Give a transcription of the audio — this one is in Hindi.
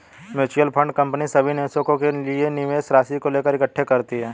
म्यूचुअल फंड कंपनी सभी निवेशकों के निवेश राशि को लेकर इकट्ठे करती है